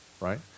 right